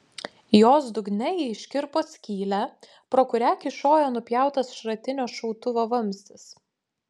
jos dugne ji iškirpo skylę pro kurią kyšojo nupjautas šratinio šautuvo vamzdis